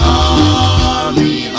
army